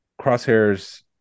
Crosshairs